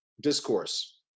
discourse